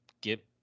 get